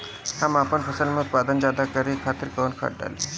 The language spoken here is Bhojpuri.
हम आपन फसल में उत्पादन ज्यदा करे खातिर कौन खाद डाली?